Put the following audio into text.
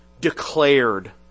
declared